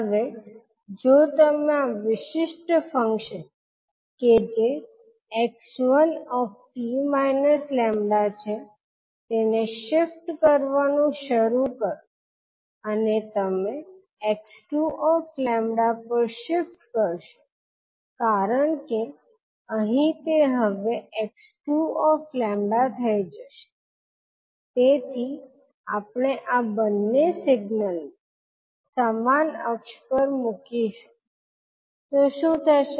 હવે જો તમે આ વિશિષ્ટ ફંક્શન કે જે 𝑥1𝑡 − 𝜆 છે તેને શિફ્ટ કરવાનું શરૂ કરો અને તમે 𝑥2 𝜆 પર શિફ્ટ કરશો કારણ કે અહીં તે હવે 𝑥2 𝜆 થઈ જશે તેથી આપણે આ બંને સિગ્નલને સમાન અક્ષ ઉપર મૂકીશું તો શું થશે